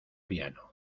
piano